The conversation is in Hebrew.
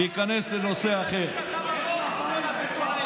תגיד את כל האמת על רשות החברות.